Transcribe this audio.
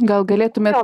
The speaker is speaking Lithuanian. gal galėtumėt